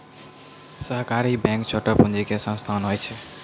सहकारी बैंक छोटो पूंजी के संस्थान होय छै